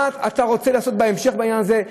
מה אתה רוצה לעשות בהמשך בעניין הזה?